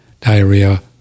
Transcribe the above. diarrhea